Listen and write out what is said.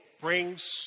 brings